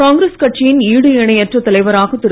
காங்கிரஸ் கட்சியின் ஈடு இணையற்ற தலைவராக திரு